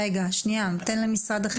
רגע, תן למשרד החינוך.